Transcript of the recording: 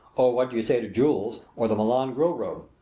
or what do you say to jules' or the milan grill-room?